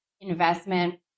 investment